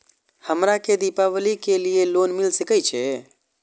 हमरा के दीपावली के लीऐ लोन मिल सके छे?